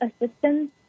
assistance